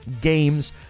games